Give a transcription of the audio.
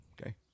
Okay